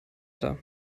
better